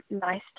nice